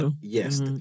yes